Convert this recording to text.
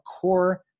core